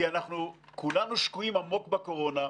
כי אנחנו כולנו שקועים עמוק בקורונה,